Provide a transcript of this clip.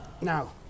Now